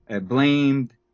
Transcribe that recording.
blamed